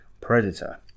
predator